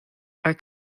are